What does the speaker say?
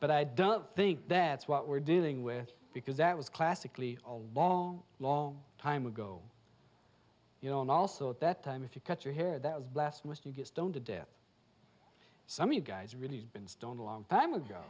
but i don't think that is what we're dealing with because that was classically a long long time ago you know and also at that time if you cut your hair that was blasphemous you get stoned to death some you guys really has been stoned a long time ago